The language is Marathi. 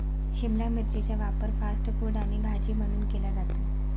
शिमला मिरचीचा वापर फास्ट फूड आणि भाजी म्हणून केला जातो